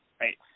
right